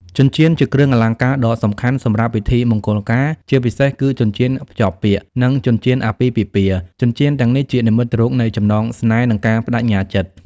ចិញ្ចៀន ជាគ្រឿងអលង្ការដ៏សំខាន់សម្រាប់ពិធីមង្គលការ ជាពិសេសគឺចិញ្ចៀនភ្ជាប់ពាក្យ និងចិញ្ចៀនអាពាហ៍ពិពាហ៍។ ចិញ្ចៀនទាំងនេះជានិមិត្តរូបនៃចំណងស្នេហ៍ និងការប្តេជ្ញាចិត្ត។